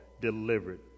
delivered